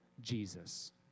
Jesus